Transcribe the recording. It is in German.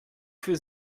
für